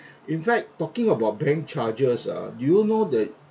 in fact talking about bank charges ah do you know that